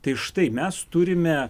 tai štai mes turime